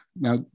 Now